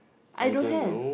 I don't have